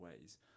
ways